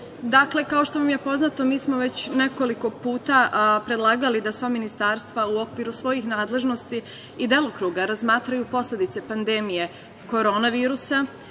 Dakle, kao što vam je poznato, mi smo već nekoliko puta predlagali da sva ministarstva u okviru svojih nadležnosti i delokruga razmatraju posledice pandemije korona virusa,